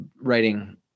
writing